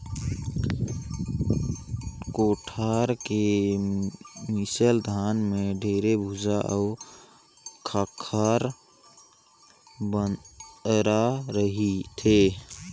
कोठार के मिसल धान में ढेरे भूसा अउ खंखरा बदरा रहथे